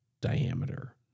diameter